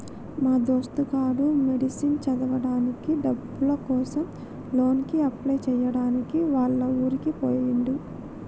మా దోస్తు గాడు మెడిసిన్ చదవడానికి డబ్బుల కోసం లోన్ కి అప్లై చేయడానికి వాళ్ల ఊరికి పోయిండు